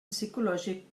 psicològic